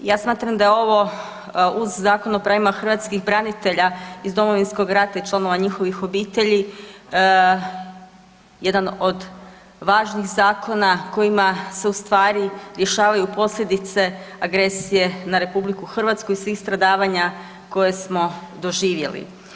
Ja smatram da je ovo uz Zakon o pravima hrvatskih branitelja iz Domovinskog rata i članova njihovih obitelji jedan od važnih zakona kojima se u stvari rješavanju posljedice agresije na RH i svih stradavanja koje smo doživjeli.